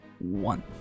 One